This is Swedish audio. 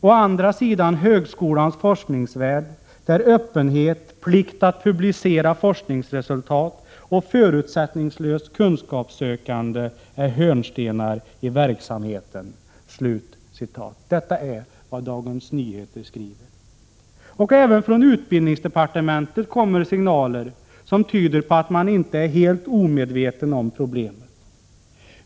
Å andra sidan högskolans forskningsvärld där öppenhet, plikt att publicera forskningsresultat och förutsättningslöst kunskapssökande är hörnstenar i verksamheten.” Även från utbildningsdepartementet kommer signaler som tyder på att man inte är helt omedveten om problemet.